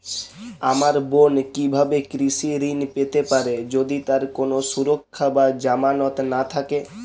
আমার বোন কীভাবে কৃষি ঋণ পেতে পারে যদি তার কোনো সুরক্ষা বা জামানত না থাকে?